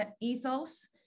ethos